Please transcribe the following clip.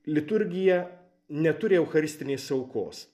liturgija neturi eucharistinės aukos